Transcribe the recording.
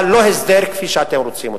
אבל לא הסדר כפי שאתם רוצים אותו.